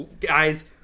guys